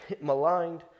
maligned